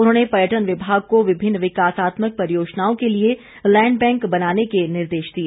उन्होंने पर्यटन विभाग को विभिन्न विकासात्मक परियोजनाओं के लिए लैंड बैंक बनाने के निर्देश दिए